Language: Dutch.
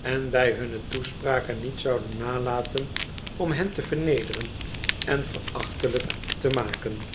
en bij hunne toespraken niet zouden nalaten om hen te vernederen en verachtelijk te maken